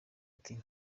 ati